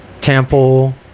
temple